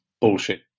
bullshit